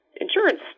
insurance